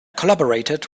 collaborated